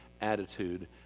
attitude